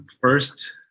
First